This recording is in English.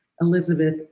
Elizabeth